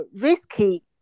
risky